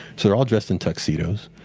so they're all dressed in tuxedos.